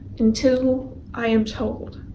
until i am told.